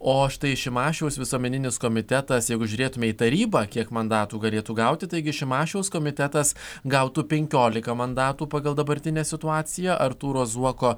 o štai šimašiaus visuomeninis komitetas jeigu žiūrėtume į tarybą kiek mandatų galėtų gauti taigi šimašiaus komitetas gautų penkiolika mandatų pagal dabartinę situaciją artūro zuoko